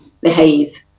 behave